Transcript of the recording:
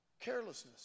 Carelessness